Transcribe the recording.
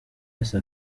wese